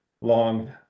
long